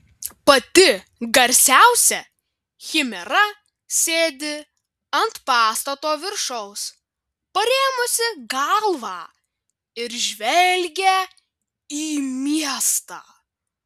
pati garsiausia chimera sėdi ant pastato viršaus parėmusi galvą ir žvelgia į miestą